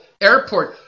Airport